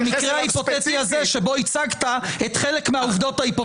המקרה ההיפותטי שבו ייצגת את חלק מהעובדות ההיפותטיות.